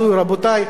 רבותי,